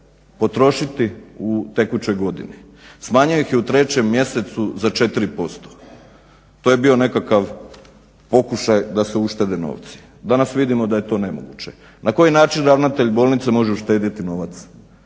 potrošiti u tekućoj godini. Smanjio ih je u 3.mjesecu za 4%. To je bio nekakav pokušaj da se uštede novci, danas vidimo da je to nemoguće. Na koji način ravnatelj bolnice može uštediti novac?